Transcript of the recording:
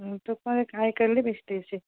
तुका एक आयकल्लें दिसता एशी